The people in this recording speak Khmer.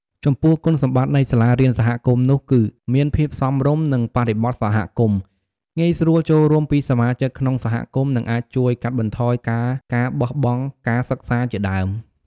ចំពោះគុណសម្បត្តិនៃសាលារៀនសហគមន៍នោះគឺ មានភាពសមរម្យនឹងបរិបទសហគមន៍ ងាយស្រួលចូលរួមពីសមាជិកក្នុងសហគមន៍ និងអាចជួយកាត់បន្ថយការការបោះបង់ការសិក្សាជាដើម។